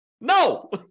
No